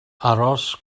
aros